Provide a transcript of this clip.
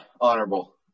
honorable